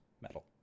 metal